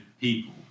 people